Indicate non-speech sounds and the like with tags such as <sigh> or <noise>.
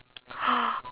<noise>